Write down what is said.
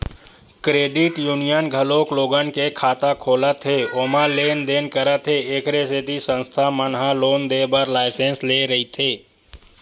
credit union घलोक लोगन के खाता खोलत हे ओमा लेन देन करत हे एखरे सेती संस्था मन ह लोन देय बर लाइसेंस लेय रहिथे